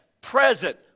present